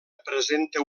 presenta